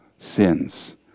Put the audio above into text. sins